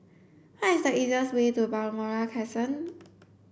what is the easiest way to Balmoral Crescent